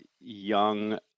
young